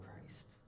Christ